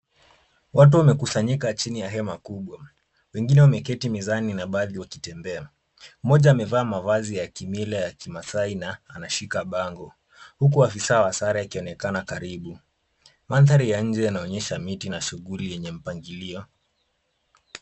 Watu wamekusanyika chini ya hema kubwa. Wengine wameketi mezani na wengine wakitembea. Mmoja amevaa mavazi ya kimila ya kimaasai na anashika bango, huku afisa wa sare akionekana karibu. Maanthari ya nje yanaonyesha miti na shughuli yenye mpangilio